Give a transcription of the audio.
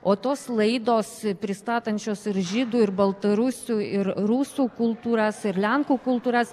o tos laidos pristatančios ir žydų ir baltarusių ir rusų kultūras ir lenkų kultūras